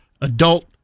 adult